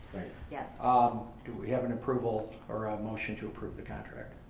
yeah ah um do we have an approval or a motion to approve the contract?